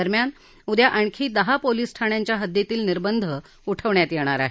दरम्यान उद्या आणखी दहा पोलीस ठाण्यांच्या हद्दीतील निर्बंध उठवण्यात येणार आहेत